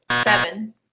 seven